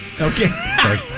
Okay